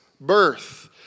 birth